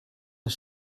das